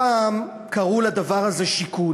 פעם קראו לדבר הזה "שיכון".